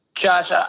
Josh